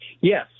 Yes